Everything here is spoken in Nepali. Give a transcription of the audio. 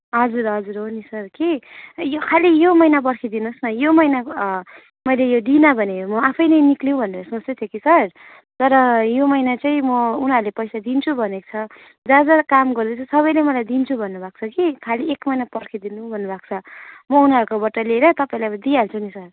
हजुर हजुर हो नि सर कि यो खालि यो महिना पर्खिदिनुहोस् न यो महिनाको मैले यो दिइनँ भने म आफै निक्लिउँ भनेर सोच्दैथेँ कि सर तर यो महिना चाहिँ म उनीहरूले पैसा दिन्छु भनेको छ जहाँ जहाँ काम गर्दैछु सबैले मलाई दिन्छु भन्नु भएको छ कि खालि एक महिना पर्खिदिनु भन्नु भएको उनीहरूकोबाट लिएर तपाईँलाई दिइहाल्छु नि सर